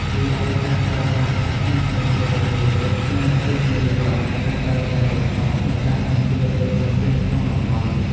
រីឯ ការប្រើប្រាស់ធនធានធម្មជាតិដូចជាទឹក និងអគ្គិសនីក៏អាចកើនឡើងយ៉ាងគំហុក ដែលដាក់សម្ពាធលើធនធានក្នុងតំបន់។